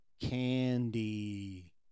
candy